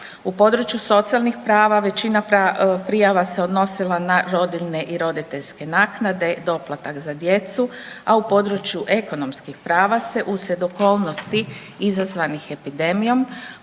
U području socijalnih prava većina prijava se odnosila na rodiljne i roditeljske naknade, doplatak za djecu, a u području ekonomskih prava se uslijed okolnosti izazvanih epidemijom